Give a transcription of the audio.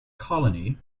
colony